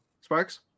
Sparks